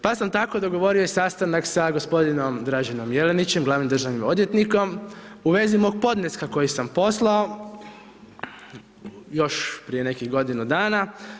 Pa sam tako dogovorio i sastanak sa gospodinom Draženom Jelinićem, glavnim državnim odvjetnikom u vezi mog podneska koji sam poslao još prije nekih godinu dana.